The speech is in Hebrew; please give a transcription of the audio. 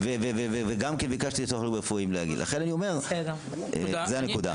שאחד לא יבוא על חשבון